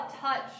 touch